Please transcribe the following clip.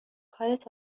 کارت